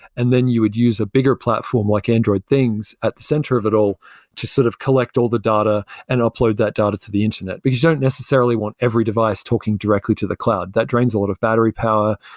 and then you would use a bigger platform like android things at the center of it all to sort of collect all the data and upload that data to the internet, because you don't necessarily want every device talking directly to the cloud. that drains a lot of battery power.